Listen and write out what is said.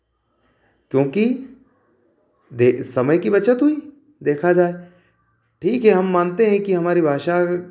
क्योंकि दे समय की बचत हुई देखा जाए ठीक है हम मानते हैं कि हमारी भाषा